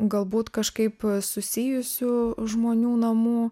galbūt kažkaip susijusių žmonių namų